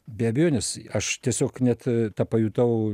be abejonės aš tiesiog net tą pajutau